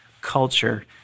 culture